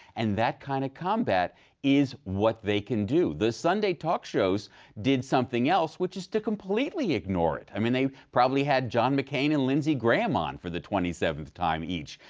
and that kind of combat is what they can do. the sunday talk shows did something else, which is to completely ignore it. i mean, they probably had john mccain and lindsey graham on for the twenty seventh time each,